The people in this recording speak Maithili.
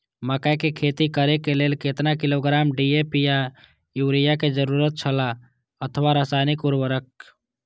मकैय के खेती करे के लेल केतना किलोग्राम डी.ए.पी या युरिया के जरूरत छला अथवा रसायनिक उर्वरक?